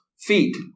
feet